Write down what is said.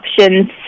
options